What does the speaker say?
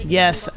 yes